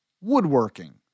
woodworking